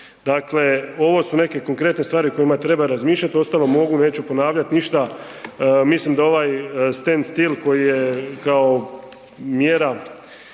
Dakle, ovo su neke konkretne stvari o kojima treba razmišljat, uostalom mogu, neću ponavljat ništa, mislim da ovaj STEM stil koji je kao mjera